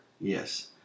Yes